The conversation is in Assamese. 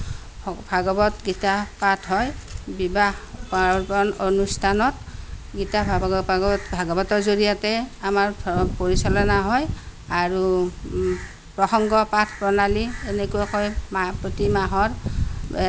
ভাগৱত গীতা পাঠ হয় বিবাহ পাৰ্বণ অনুস্থানত গীতা ভাগৱতৰ জড়িয়তে আমাৰ ধৰ্ম পৰিচালনা হয় আৰু প্ৰসংগ পাঠ প্ৰণালী এনেকৈ হয় মাহ প্ৰতি মাহত